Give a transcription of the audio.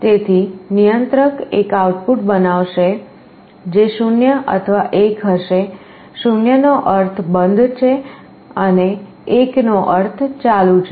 તેથી નિયંત્રક એક આઉટપુટ બનાવશે જે 0 અથવા 1 હશે 0 નો અર્થ બંધ છે અને 1 નો અર્થ ચાલુ છે